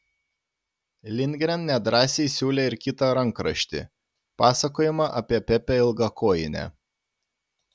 lindgren nedrąsiai siūlė ir kitą rankraštį pasakojimą apie pepę ilgakojinę